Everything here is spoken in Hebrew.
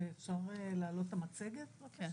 אפשר להעלות את המצגת בבקשה?